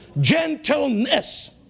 Gentleness